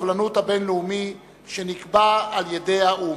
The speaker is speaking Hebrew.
הכנסת מציינת היום את יום הסובלנות הבין-לאומי שנקבע על-ידי האו"ם.